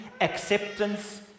acceptance